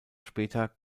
später